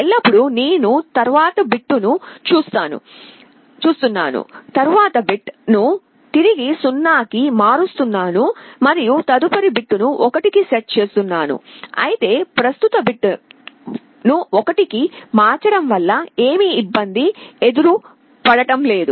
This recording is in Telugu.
ఎల్లప్పుడూ నేను తరువాతి బిట్ను చూస్తున్నాను తరువాతి బిట్ ను నేను తిరిగి 0 కి మారుస్తున్నాను మరియు తదుపరి బిట్ను 1 కి సెట్ చేస్తున్నాను అయితే ప్రస్తుత బిట్ను 1 కి మార్చడం వల్ల ఏమీ ఇబ్బంది ఎదురు పడటం లేదు